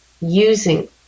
using